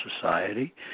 society